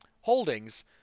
holdings